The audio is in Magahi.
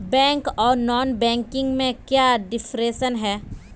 बैंक आर नॉन बैंकिंग में क्याँ डिफरेंस है?